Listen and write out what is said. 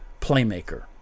playmaker